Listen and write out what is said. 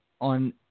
on